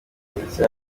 ndetse